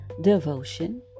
devotion